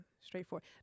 straightforward